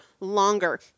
longer